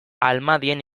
almadien